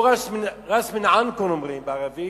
או "ראס בין ענכום", אומרים בערבית,